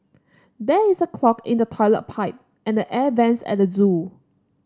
there is a clog in the toilet pipe and the air vents at the zoo